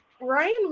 Ryan